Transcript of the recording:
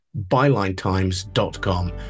bylinetimes.com